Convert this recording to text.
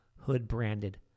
hood-branded